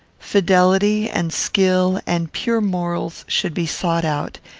fidelity, and skill, and pure morals, should be sought out,